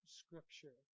scripture